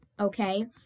Okay